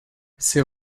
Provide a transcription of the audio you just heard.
ces